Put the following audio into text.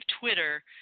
Twitter